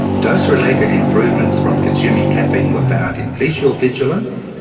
dose related improvement from consuming caffeine were found in visual vigilance,